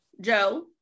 Joe